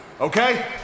Okay